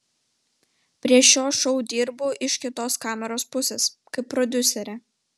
prie šio šou dirbu iš kitos kameros pusės kaip prodiuserė